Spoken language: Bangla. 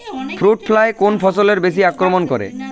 ফ্রুট ফ্লাই কোন ফসলে বেশি আক্রমন করে?